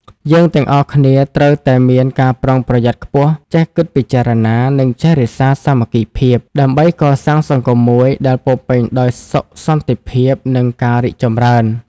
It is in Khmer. យើងទាំងអស់គ្នាត្រូវតែមានការប្រុងប្រយ័ត្នខ្ពស់ ចេះគិតពិចារណា និងចេះរក្សាសាមគ្គីភាព ដើម្បីកសាងសង្គមមួយដែលពោរពេញដោយសុខសន្តិភាព និងការរីកចម្រើន។